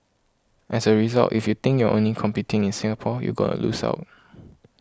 as a result if you think you're only competing in Singapore you gonna lose out